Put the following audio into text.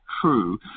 true